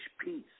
peace